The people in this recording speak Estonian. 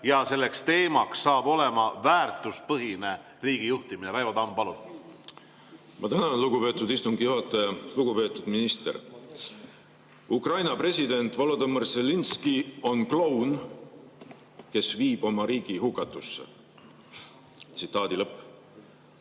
Aabile ja teema on väärtuspõhine riigijuhtimine. Raivo Tamm, palun! Ma tänan, lugupeetud istungi juhataja! Lugupeetud minister! "Ukraina president Volodõmõr Zelenskõi on kloun, kes viib oma riigi hukatusse." Tsitaadi lõpp.